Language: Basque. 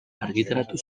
argitaratu